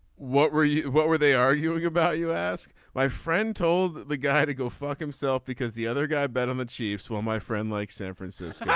what were you. what were they arguing about you ask. my friend told the guy to go fuck himself because the other guy bet on the chiefs. well my friend like san francisco.